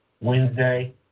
Wednesday